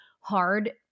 hard